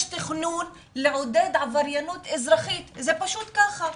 יש תכנון לעודד עבריינות אזרחית, זה פשוט ככה.